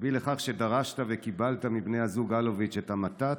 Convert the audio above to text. ובמקביל לכך שדרשת וקיבלת מבני הזוג אלוביץ' את המתת,